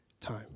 time